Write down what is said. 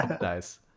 nice